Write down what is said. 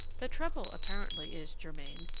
the trouble apparently is, germain,